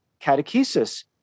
catechesis